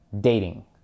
Dating